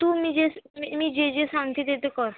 तू मी जे मी मी जे जे सांगते ते ते कर